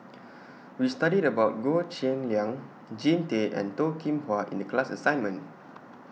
We studied about Goh Cheng Liang Jean Tay and Toh Kim Hwa in The class assignment